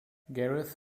gareth